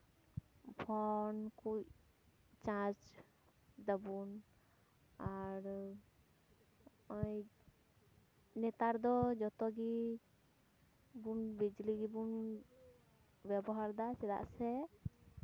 phone ᱠᱩᱡ charge ᱫᱟᱵᱚᱱ ᱟᱨ ᱳᱭ ᱱᱮᱛᱟᱨ ᱫᱚ ᱡᱚᱛᱚᱜᱮ ᱵᱚᱱ ᱵᱤᱡᱽᱞᱤ ᱜᱮᱵᱚᱱ ᱵᱮᱵᱚᱦᱟᱨ ᱫᱟ ᱪᱮᱫᱟᱜ ᱥᱮ